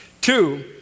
Two